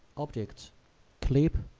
object clip